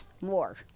more